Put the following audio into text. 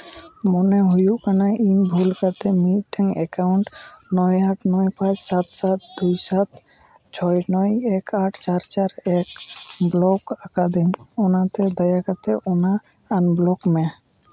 ᱢᱚᱱᱮ ᱦᱩᱭᱩᱜ ᱠᱟᱱᱟ ᱤᱧ ᱵᱷᱩᱞ ᱠᱟᱛᱮᱫ ᱢᱤᱫᱴᱮᱱ ᱮᱠᱟᱣᱩᱱᱴ ᱱᱚᱭ ᱟᱴ ᱱᱚᱭ ᱯᱟᱸᱪ ᱥᱟᱛ ᱥᱟᱛ ᱫᱩᱭ ᱥᱟᱛ ᱪᱷᱚᱭ ᱱᱚᱭ ᱮᱠ ᱟᱴ ᱪᱟᱨ ᱪᱟᱨ ᱮᱠ ᱵᱞᱚᱠ ᱟᱠᱟᱫᱟᱹᱧ ᱚᱱᱟᱛᱮ ᱫᱟᱭᱟ ᱠᱟᱛᱮᱫ ᱚᱱᱟ ᱟᱱᱵᱞᱚᱠ ᱢᱮ